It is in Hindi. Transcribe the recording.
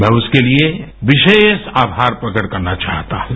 मैं उसके लिए विशेष आभार प्रकट करना चाहता हूँ